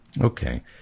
Okay